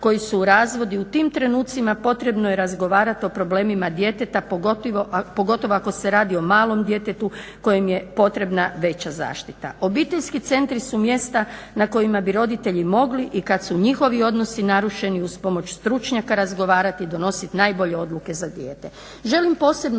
koji su u razvodu i u tim trenucima potrebno je razgovarati o problemima djeteta pogotovo ako se radi o malom djetetu kojem je potrebna veća zaštita. Obiteljski centri su mjesta na kojima bi roditelji mogli i kada su njihovi odnosi narušeni uz pomoć stručnjaka razgovarati i donositi najbolje odluke za dijete.